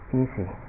easy